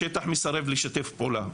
השטח מסרב לשתף פעולה?